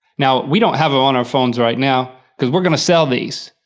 now, we don't have it on our phones right now because we're going to sell these.